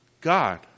God